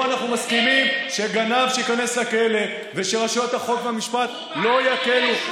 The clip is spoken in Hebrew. אנחנו מסכימים שגנב ייכנס לכלא ושרשויות החוק והמשפט לא יקלו,